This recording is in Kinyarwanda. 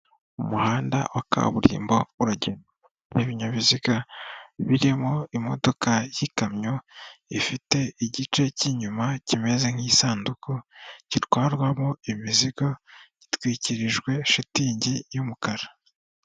Umuhanda wa kaburimbo uragendwamo n'ibinyabiziga birimo imodoka y'ikamyo, ifite igice cy'inyuma kimeze nk'isanduku gitwarwamo imizigo gitwikirijwe shitingi y'umukara.